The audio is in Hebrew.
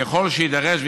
ככל שיידרש,